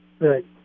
Right